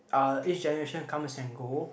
ah each generation comes and go